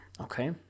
okay